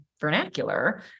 vernacular